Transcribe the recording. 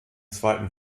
zweiten